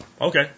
Okay